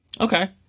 Okay